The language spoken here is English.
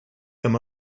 them